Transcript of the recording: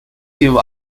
give